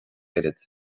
oiread